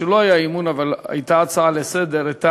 כשלא היה אי-אמון אבל הייתה הצעה לסדר-היום,